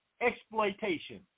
exploitation